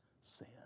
sin